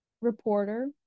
reporter